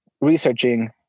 researching